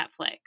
Netflix